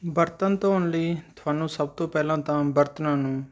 ਬਰਤਨ ਧੋਣ ਲਈ ਤੁਹਾਨੂੰ ਸਭ ਤੋਂ ਪਹਿਲਾਂ ਤਾਂ ਬਰਤਨਾਂ ਨੂੰ